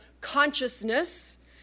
consciousness